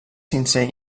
sincer